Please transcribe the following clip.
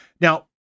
Now